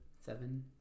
seven